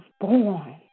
born